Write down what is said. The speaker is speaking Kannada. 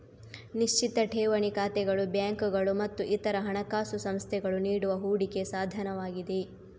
ನಿಶ್ಚಿತ ಠೇವಣಿ ಖಾತೆಗಳು ಬ್ಯಾಂಕುಗಳು ಮತ್ತು ಇತರ ಹಣಕಾಸು ಸಂಸ್ಥೆಗಳು ನೀಡುವ ಹೂಡಿಕೆ ಸಾಧನವಾಗಿದೆ